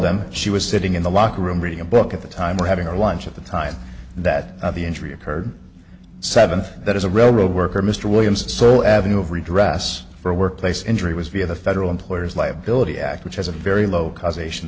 them she was sitting in the locker room reading a book at the time or having a lunch at the time that the injury occurred seventh that is a railroad worker mr williams so avenue of redress for workplace injury was via the federal employees liability act which has a very low causation